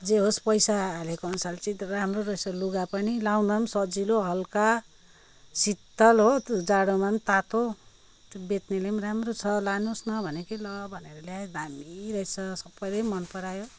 जे होस् पैसा हालेको अनुसारले चाहिँ राम्रो रहेछ लुगा पनि लाउँदा पनि सजिलो हलुका शीतल हो तो जाडोमा पनि तातो त्यो बेच्नेले पनि राम्रो छ लानुहोस् न भन्यो कि ल भनेर ल्याएँ दामी रहेछ सबैले मनपरायो